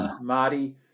marty